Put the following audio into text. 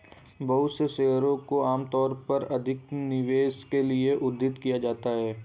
बहुत से शेयरों को आमतौर पर अधिक निवेश के लिये उद्धृत किया जाता है